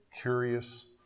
curious